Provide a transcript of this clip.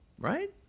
right